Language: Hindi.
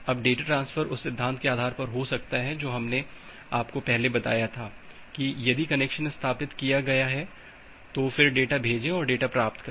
अब डेटा ट्रांसफर उस सिद्धांत के आधार पर हो सकता है जो हमने आपको पहले बताया था है कि यदि कनेक्शन स्थापित किया गया है तो फिर डेटा भेजें और डेटा प्राप्त करें